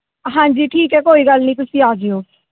ਹਾਂਜੀ ਠੀਕ ਹੈ ਕੋਈ ਗੱਲ ਨਹੀਂ ਤੁਸੀਂ ਆ ਜਿਓ